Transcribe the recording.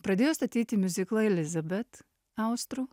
pradėjo statyti miuziklą elizabet austrų